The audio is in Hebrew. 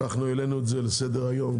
העלינו את זה לסדר-היום